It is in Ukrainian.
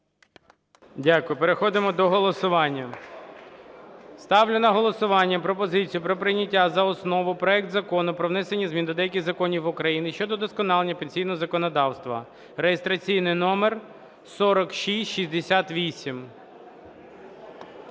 Дякую. Переходимо до голосування. Ставлю на голосування пропозицію про прийняття за основу проект Закону про внесення змін до деяких законів України щодо удосконалення пенсійного законодавства (реєстраційний номер 4668).